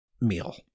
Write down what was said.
meal